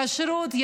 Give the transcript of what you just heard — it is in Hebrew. כשרות,